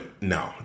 no